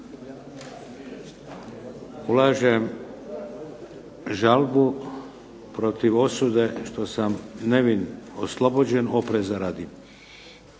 Ulažem žalbu protiv osude što sam nevin oslobođen opreza radi.